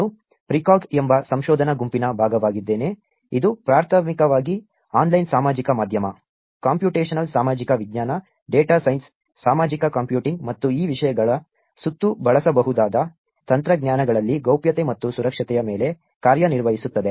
ನಾನು ಪ್ರಿಕಾಗ್ ಎಂಬ ಸಂಶೋಧನಾ ಗುಂಪಿನ ಭಾಗವಾಗಿದ್ದೇನೆ ಇದು ಪ್ರಾಥಮಿಕವಾಗಿ ಆನ್ಲೈನ್ ಸಾಮಾಜಿಕ ಮಾಧ್ಯಮ ಕಂಪ್ಯೂಟೇಶನಲ್ ಸಾಮಾಜಿಕ ವಿಜ್ಞಾನ ಡೇಟಾ ಸೈನ್ಸ್ ಸಾಮಾಜಿಕ ಕಂಪ್ಯೂಟಿಂಗ್ ಮತ್ತು ಈ ವಿಷಯಗಳ ಸುತ್ತ ಬಳಸಬಹುದಾದ ತಂತ್ರಜ್ಞಾನಗಳಲ್ಲಿ ಗೌಪ್ಯತೆ ಮತ್ತು ಸುರಕ್ಷತೆಯ ಮೇಲೆ ಕಾರ್ಯನಿರ್ವಹಿಸುತ್ತದೆ